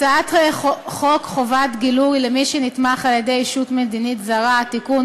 הצעת חוק חובת גילוי למי שנתמך על-ידי ישות מדינית זרה (תיקון,